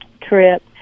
trip